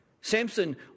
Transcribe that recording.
Samson